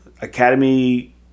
Academy